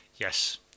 Yes